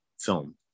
film